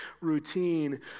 routine